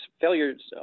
failures